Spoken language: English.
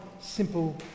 simple